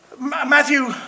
Matthew